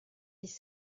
dix